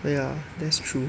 ya that's true